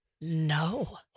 No